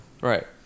Right